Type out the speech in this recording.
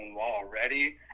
already